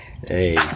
Hey